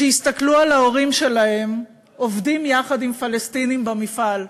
שהסתכלו על ההורים שלהם עובדים יחד עם פלסטינים במפעל,